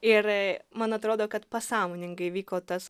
ir man atrodo kad pasąmoningai vyko tas